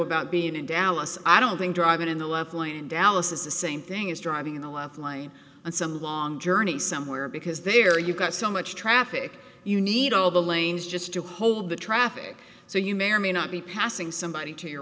about being in dallas i don't think driving in the left lane in dallas is the same thing as driving in the left lane and some long journey somewhere because there you've got so much traffic you need all the lanes just to hold the traffic so you may or may not be passing somebody to you